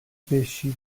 pesci